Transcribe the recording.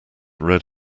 red